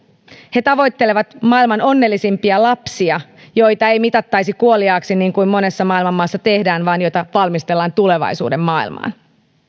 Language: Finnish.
he tavoittelevat maailman onnellisimpia lapsia joita ei mitattaisi kuoliaaksi niin kuin monessa maailman maassa tehdään vaan joita valmistellaan tulevaisuuden maailmaan